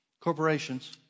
corporations